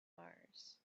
mars